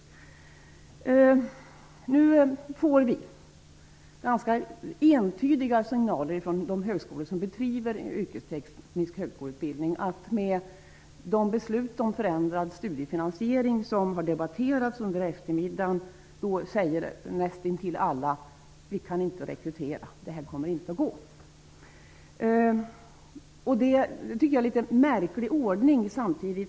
Nu får vi ganska entydiga signaler från de högskolor som betvivlar den yrkestekniska högskoleutbildningen med anledning av de beslut om en förändrad studiefinansiering som har debatterats under eftermiddagen. Nästan alla säger: Vi kan inte rekrytera. Det här kommer inte att gå. Jag tycker att det är en något märklig ordning här.